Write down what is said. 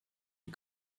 les